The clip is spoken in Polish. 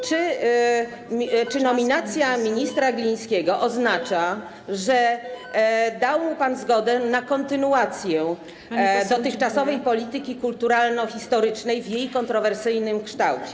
Czy nominacja ministra Glińskiego oznacza, że dał mu pan zgodę na kontynuowanie dotychczasowej polityki kulturalno-historycznej w jej kontrowersyjnym kształcie?